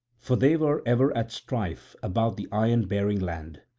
for they were ever at strife about the ironbearing land.